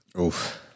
Oof